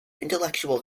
intellectual